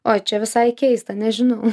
uoj čia visai keista nežinau